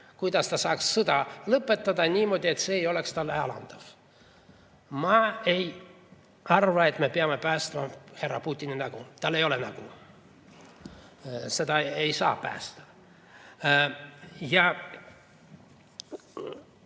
Kuidas ta saaks sõda lõpetada niimoodi, et see ei oleks talle alandav? Ma ei arva, et me peame päästma härra Putini nägu. Tal ei ole nägu. Seda ei saa päästa. Kui